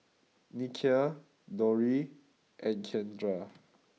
Nikia Dori and Keandre